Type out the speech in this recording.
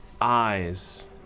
eyes